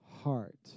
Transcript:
heart